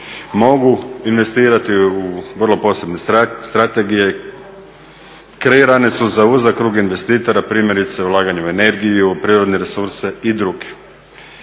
mogu investirati u vrlo posebne strategije, kreirane su za uzak krug investitora, primjerice ulaganje u energiju, prirodne resurse i druge.